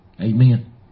Amen